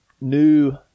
new